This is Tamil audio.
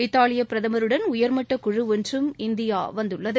இத்தாலியபிரதமருடன் உயர்மட்டக்குழுஒன்றும் இந்தியாவந்துள்ளது